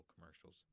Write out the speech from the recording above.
commercials